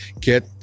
get